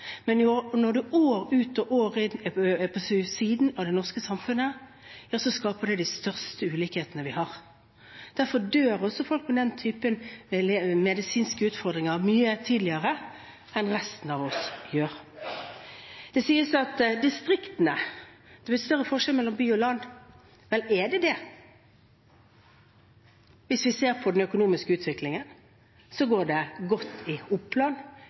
men når man år ut og år inn er på siden av det norske samfunnet, skaper det de største ulikhetene vi har. Derfor dør også folk med den typen medisinske utfordringer mye tidligere enn resten av oss gjør. Det sies om distriktene at det er blitt større forskjell mellom by og land. Vel, er det det? Hvis vi ser på den økonomiske utviklingen, går det godt i Oppland,